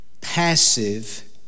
passive